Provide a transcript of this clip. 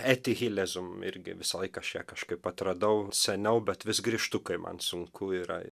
eti hilezum irgi visą laiką aš ją kažkaip atradau seniau bet vis grįžtu kai man sunku yra